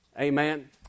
Amen